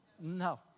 No